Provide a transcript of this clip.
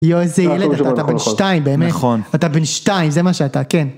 יואו, איזה ילד אתה, אתה בן שתיים באמת, אתה בן שתיים, זה מה שאתה, כן.